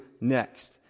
next